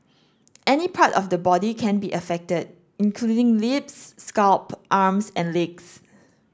any part of the body can be affected including lips scalp arms and legs